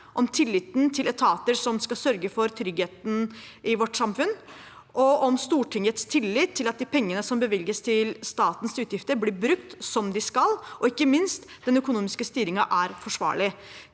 om til liten til etater som skal sørge for tryggheten i vårt samfunn, og om Stortingets tillit til at de pengene som bevilges til statens utgifter, blir brukt som de skal, og ikke minst at den økonomiske styringen er forsvarlig.